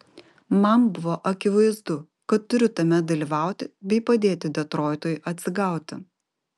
man buvo akivaizdu kad turiu tame dalyvauti bei padėti detroitui atsigauti